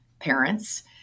parents